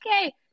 okay